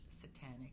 satanic